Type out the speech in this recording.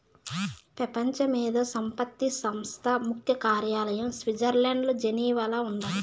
పెపంచ మేధో సంపత్తి సంస్థ ముఖ్య కార్యాలయం స్విట్జర్లండ్ల జెనీవాల ఉండాది